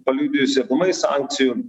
paliudijusi aplamai sankcijų